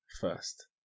first